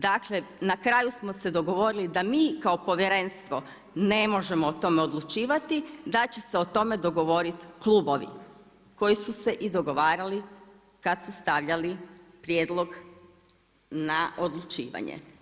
Dakle, na kraju smo se dogovorili da mi kao povjerenstvo ne možemo o tome odlučivati, da će se o tome dogovoriti klubovi, koji su se i dogovarali kad su stavljali prijedlog na odlučivanje.